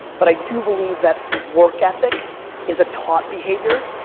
but i do believe that work ethic is a taught behavior.